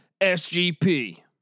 SGP